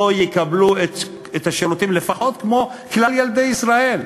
יקבלו את השירותים לפחות כמו כלל ילדי ישראל?